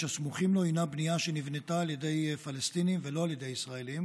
הסמוכים לו הינה בנייה שנבנתה על ידי פלסטינים ולא על ידי ישראלים.